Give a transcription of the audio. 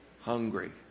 Hungry